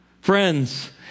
Friends